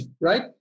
right